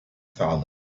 solid